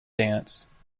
dance